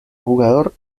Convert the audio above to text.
jugador